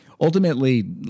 ultimately